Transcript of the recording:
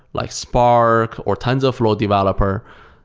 like spark or tensorflow developer,